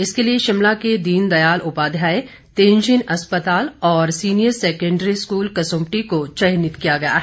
इसके लिए शिमला के दीन दयाल उपाध्याय तेंजिन अस्पताल और सीनियर सेकेंडरी स्कूल कसुम्पटी को चयनित किया गया है